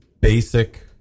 basic